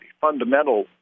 fundamental